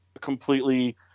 completely